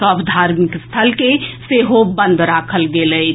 सभ धार्मिक स्थल के सेहो बंद राखल गेल अछि